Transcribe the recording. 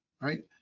right